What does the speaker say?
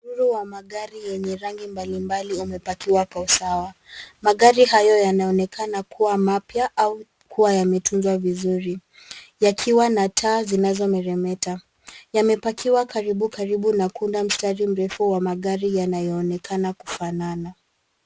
Msururu wa magari yenye rangi mbalimbali umapakiwa kwa usawa. Magari hayo yanaonekana kuwa mapya au kuwa yametunzwa vizuri yakiwa na taa zinazomeremeta. Yamepakiwa karibu karibu na kuunda mstari mrefu wa magari yanayoonekana kufanana.